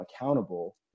accountable